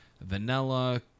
vanilla